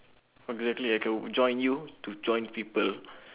I'd be lucky if I could join you to join people